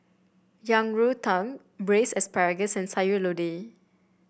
Yang Rou Tang braise asparagus and Sayur Lodeh